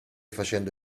facendo